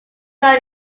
run